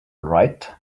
right